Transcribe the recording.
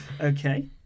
okay